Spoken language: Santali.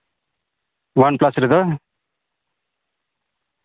ᱚᱣᱟᱱᱯᱞᱟᱥ ᱨᱮᱫᱚ